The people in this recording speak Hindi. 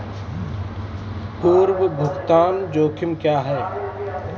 पूर्व भुगतान जोखिम क्या हैं?